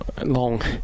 long